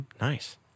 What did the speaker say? Nice